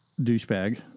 douchebag